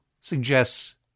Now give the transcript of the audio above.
suggests